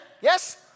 yes